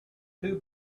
two